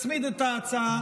ותצמיד את ההצעה.